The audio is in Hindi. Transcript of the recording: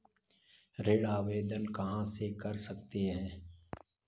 ऋण आवेदन कहां से कर सकते हैं?